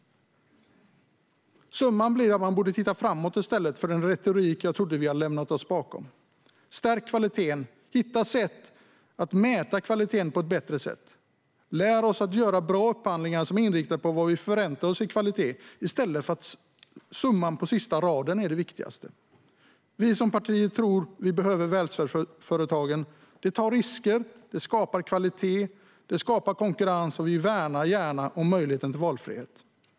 Summan blir att man borde titta framåt i stället för att använda en retorik jag trodde vi lämnat bakom oss. Stärk kvaliteten och hitta sätt att mäta kvaliteten på ett bättre sätt. Lär oss att göra bra upphandlingar som är inriktade på vad vi förväntar oss i kvalitet i stället för att summan på sista raden är det viktigaste. Vi som parti tror att vi behöver välfärdsföretagen. De tar risker, de skapar kvalitet och de skapar konkurrens. Vi värnar gärna om möjligheten till valfrihet.